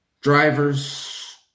drivers